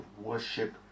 worship